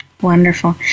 Wonderful